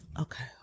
Okay